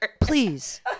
Please